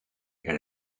had